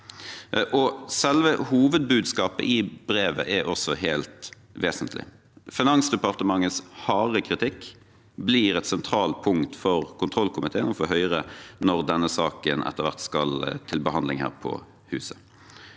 Selve hovedbudskapet i brevet er også helt vesentlig. Finansdepartementets harde kritikk blir et sentralt punkt for kontrollkomiteen og for Høyre når denne saken etter hvert skal til behandling her på huset.